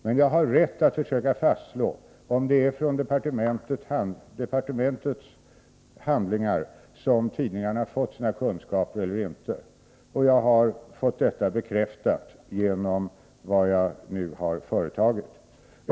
Men jag har rätt att försöka fastslå om det är från departementets handlingar som tidningarna fått sina kunskaper. Det har bekräftats genom den utredning jag har företagit.